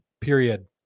period